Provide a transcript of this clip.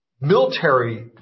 Military